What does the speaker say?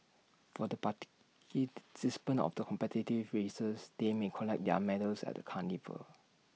for the of the competitive races they may collect their medals at the carnival